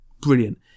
brilliant